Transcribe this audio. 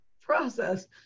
process